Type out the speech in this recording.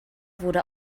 wurde